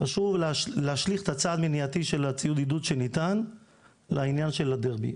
חשבו להשליך את הצעד מניעתי של הציוד עידוד שניתן לעניין של הדרבי,